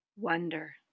Wonder